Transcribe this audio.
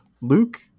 Luke